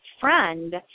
friend